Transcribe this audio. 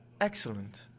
excellent